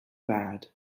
bad